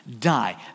die